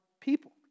people